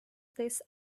this